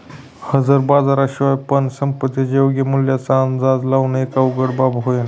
हजर बाजारा शिवाय पण संपत्तीच्या योग्य मूल्याचा अंदाज लावण एक अवघड बाब होईल